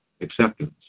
acceptance